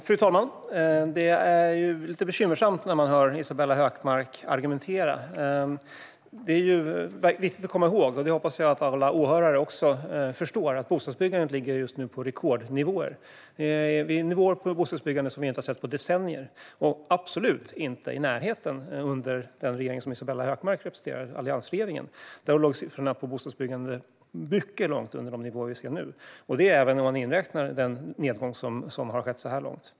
Fru talman! Jag blir bekymrad när jag hör Isabella Hökmark argumentera. Det är viktigt att komma ihåg att bostadsbyggandet ligger just nu på rekordnivåer. Jag hoppas att alla åhörare förstår det. Vi har nivåer på bostadsbyggandet som vi egentligen inte har sett på decennier. Vi var absolut inte i närheten av detta under den regering som Isabella Hökmark representerar, alliansregeringen. Då låg siffrorna för bostadsbyggandet mycket långt under de nivåer som vi ser nu. Det gäller även om man inräknar den nedgång som har skett så här långt.